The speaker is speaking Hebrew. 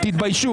תתביישו.